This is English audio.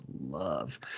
love